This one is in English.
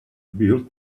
built